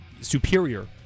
superior